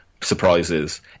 surprises